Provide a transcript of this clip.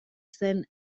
zen